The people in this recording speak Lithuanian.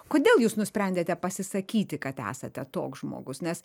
kodėl jūs nusprendėte pasisakyti kad esate toks žmogus nes